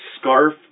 Scarf